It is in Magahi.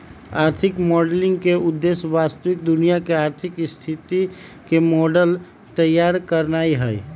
आर्थिक मॉडलिंग के उद्देश्य वास्तविक दुनिया के आर्थिक स्थिति के मॉडल तइयार करनाइ हइ